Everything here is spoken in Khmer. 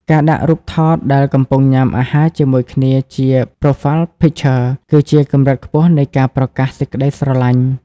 ការដាក់រូបថតដែលកំពុងញ៉ាំអាហារជាមួយគ្នាជា Profile Picture គឺជាកម្រិតខ្ពស់នៃការប្រកាសសេចក្ដីស្រឡាញ់។